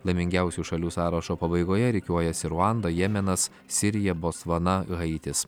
laimingiausių šalių sąrašo pabaigoje rikiuojasi ruanda jemenas sirija botsvana haitis